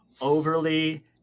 overly